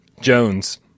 jones